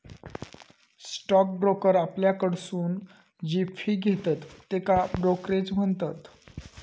stock broker आपल्याकडसून जी fee घेतत त्येका ब्रोकरेज म्हणतत